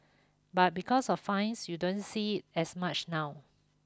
but because of fines you don't see as much now